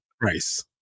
price